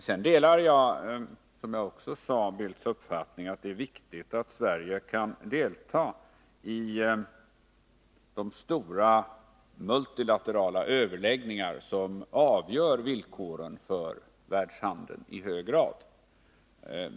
Sedan delar jag, som jag också sade, Carl Bildts uppfattning att det är viktigt att Sverige kan delta i de stora multilaterala överläggningar som i hög grad avgör villkoren för världshandeln.